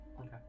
Okay